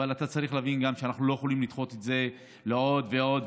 אבל אתה צריך גם להבין שאנחנו לא יכולים לדחות את זה עוד ועוד.